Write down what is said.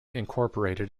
incorporated